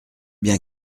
bien